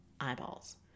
eyeballs